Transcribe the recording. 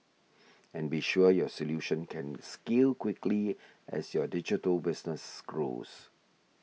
and be sure your solution can scale quickly as your digital business grows